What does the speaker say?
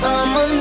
I'ma